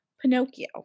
Pinocchio